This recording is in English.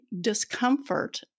discomfort